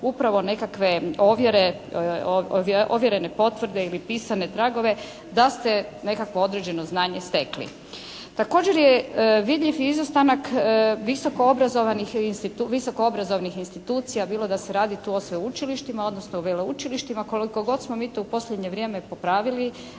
upravo nekakve ovjerene potvrde ili pisane tragove da ste nekakvo određeno znanje stekli. Također je vidljiv i izostanak visokoobrazovnih institucija bilo da se radi tu o sveučilištima, odnosno veleučilištima koliko god smo mi to u posljednje vrijeme popravili,